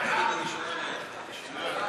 לחלופין של קבוצת סיעת